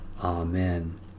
Amen